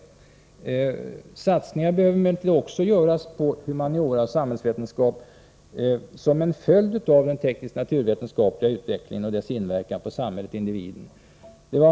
Satsningar på humaniora och samhällsvetenskap behöver emellertid också göras som en följd av den tekniska och naturvetenskapliga utvecklingen och dess inverkan på samhället och individen.